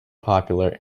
popular